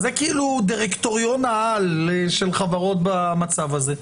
זה כאילו דירקטוריון-על של חברות במצב הזה.